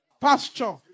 Pasture